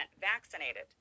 vaccinated